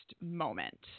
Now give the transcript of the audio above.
moment